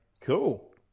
Cool